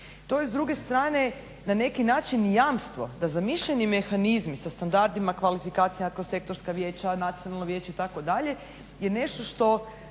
To je s druge strane na neki način i jamstvo da zamišljeni mehanizmi sa standardima kvalifikacija kroz sektorska vijeća, Nacionalno vijeće itd. je nešto što